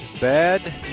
bad